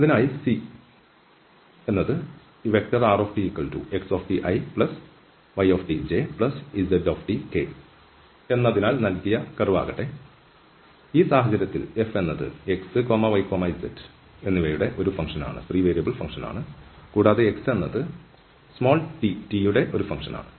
അതിനാൽ C ഈ rtxtiytjztk എന്നതിനാൽ നൽകിയ കർവ് ആകട്ടെ ഈ സാഹചര്യത്തിൽ f എന്നത് x y z എന്നിവയുടെ ഒരു ഫംഗ്ഷൻ ആണ് കൂടാതെ x എന്നത് t യുടെ ഒരു ഫംഗ്ഷൻ ആണ്